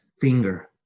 finger